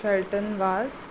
flatten Vaz